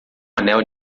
anel